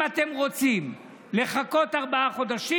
אם אתם רוצים לחכות ארבעה חודשים,